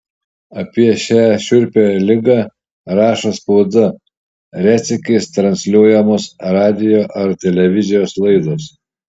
apie šią šiurpią ligą rašo spauda retsykiais transliuojamos radijo ar televizijos laidos